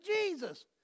Jesus